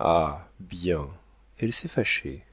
ah bien elle s'est fâchée